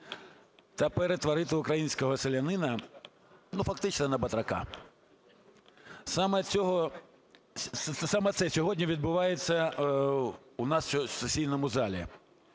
та перетворити українського селянина фактично на батрака. Саме це сьогодні відбувається у нас в сесійному залі.